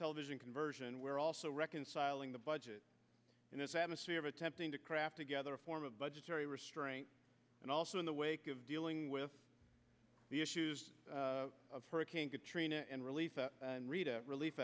television conversion were also reconciling the budget in this atmosphere of attempting to craft together a form of budgetary restraint and also in the wake of dealing with the issues of hurricane katrina and relief and rita relief